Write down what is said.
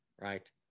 right